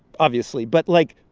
obviously but, like,